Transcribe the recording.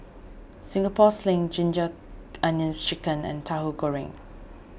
Singapore Sling Ginger Onions Chicken and Tahu Goreng